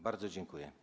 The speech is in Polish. Bardzo dziękuję.